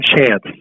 chance